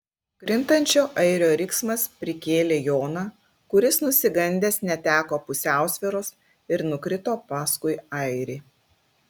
krintančio airio riksmas prikėlė joną kuris nusigandęs neteko pusiausvyros ir nukrito paskui airį